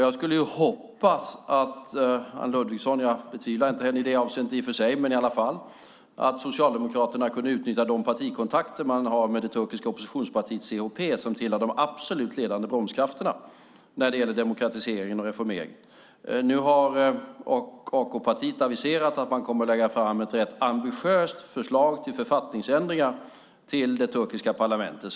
Jag skulle hoppas att Anne Ludvigsson - jag tvivlar inte på henne i det avseendet i och för sig - och Socialdemokraterna kunde utnyttja de partikontakter man har med det turkiska oppositionspartiet CHP som tillhör de absolut ledande bromskrafterna när det gäller demokratisering och reformering. Nu har AK-partiet aviserat att man kommer att lägga fram ett rätt ambitiöst förslag till författningsändringar till det turkiska parlamentet.